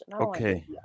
okay